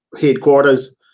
headquarters